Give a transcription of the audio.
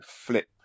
flip